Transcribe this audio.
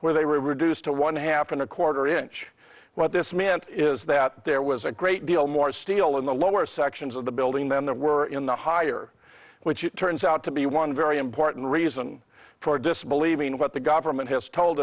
where they were reduced to one half and a quarter inch what this meant is that there was a great deal more steel in the lower sections of the building than the were in the higher which it turns out to be one very important reason for disbelieving what the government has told